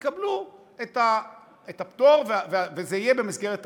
הם יקבלו את הפטור, וזה יהיה במסגרת תקנה.